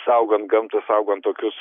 saugant gamtą saugant tokius